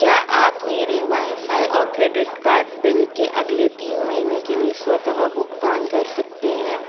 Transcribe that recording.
क्या आप मेरे वाईफ़ाई और क्रेडिट कार्ड बिल के अगले तीन महीने के लिए स्वतः भुगतान कर सकते हैं